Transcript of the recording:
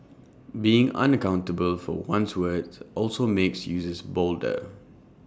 being unaccountable for one's words also makes users bolder